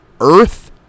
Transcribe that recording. earth